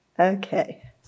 Okay